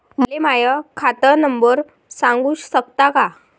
मले माह्या खात नंबर सांगु सकता का?